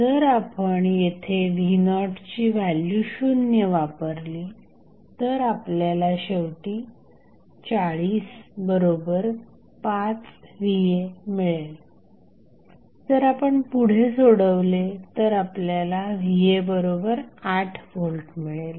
जर आपण येथे v0ची व्हॅल्यू शून्य वापरली तर आपल्याला शेवटी 405va मिळेल जर आपण पुढे सोडवले तर आपल्याला va8Vमिळेल